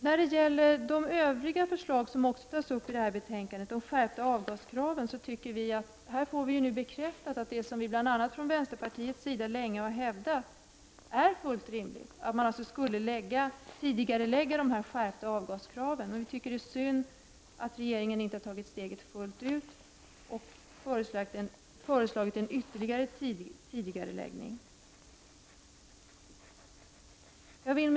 När det gäller övriga förslag som tas upp i betänkandet, bl.a. om skärpta avgaskrav, anser vi att vad vi från vänsterpartiets sida länge har hävdat är fullt rimligt har bekräftats, dvs. att dessa krav skall tidigareläggas. Jag tycker att det är synd att regeringen inte har tagit steget fullt ut och föreslagit en ytterligare tidigareläggning. Herr talman!